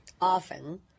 often